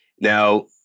Now